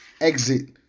Exit